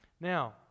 Now